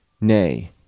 Nay